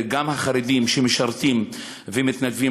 גם החרדים שמשרתים ומתנדבים,